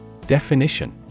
Definition